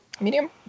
Medium